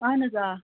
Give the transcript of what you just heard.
اَہَن حظ آ